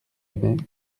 aimait